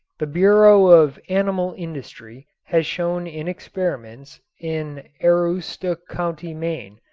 the bureau of animal industry has shown in experiments in aroostook county, maine,